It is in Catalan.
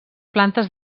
plantes